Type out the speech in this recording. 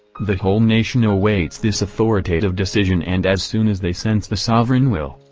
the whole nation awaits this authoritative decision and as soon as they sense the sovereign will,